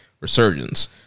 Resurgence